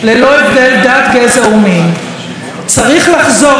צריך לחזור אליה, היא צריכה להיות החוקה שלנו.